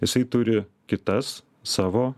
jisai turi kitas savo